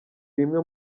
rimwe